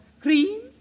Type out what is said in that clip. Cream